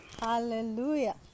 Hallelujah